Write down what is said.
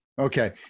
Okay